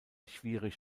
schwierig